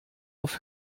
auf